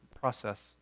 process